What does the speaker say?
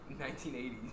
1980s